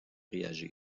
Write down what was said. réagir